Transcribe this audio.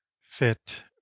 fit